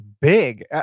big